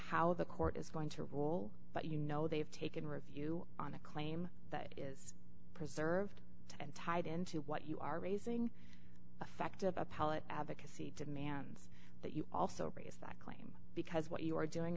how the court is going to rule but you know they've taken review on a claim that is preserved and tied into what you are raising effective appellate advocacy demands that you also raise them because what you are doing